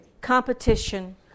competition